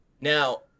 Now